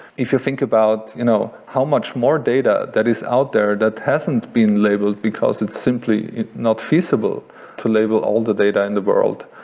if you think about you know how much more data that is out there that hasn't been labeled because it's simply not feasible to label all the data in the world,